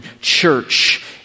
church